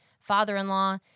father-in-law